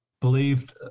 believed